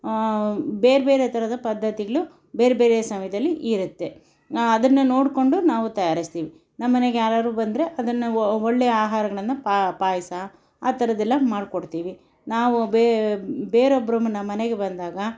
ಬೇರೆಬೇರೆ ಥರದ ಪದ್ಧತಿಗಳು ಬೇರೆಬೇರೆ ಸಮಯದಲ್ಲಿ ಇರುತ್ತೆ ಅದನ್ನು ನೋಡ್ಕೊಂಡು ನಾವು ತಯಾರಿಸ್ತೀವಿ ನಮ್ಮನೆಗೆ ಯಾರ್ಯಾರು ಬಂದರೆ ಅದನ್ನು ಒ ಒಳ್ಳೆ ಆಹಾರಗಳನ್ನು ಪಾಯಸ ಆ ಥರದ್ದೆಲ್ಲ ಮಾಡ್ಕೊಡ್ತೀವಿ ನಾವು ಬೇರೊಬ್ಬರು ನಮ್ಮನೆಗೆ ಬಂದಾಗ